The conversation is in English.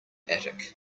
attic